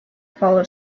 follow